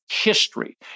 history